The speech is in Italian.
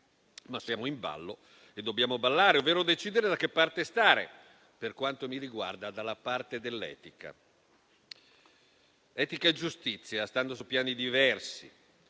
Ma siamo in ballo e dobbiamo ballare, ovvero decidere da che parte stare. Per quanto mi riguarda, dalla parte dell'etica. Etica e giustizia stanno su piani diversi.